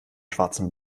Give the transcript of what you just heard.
schwarzen